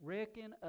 Reckon